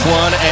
one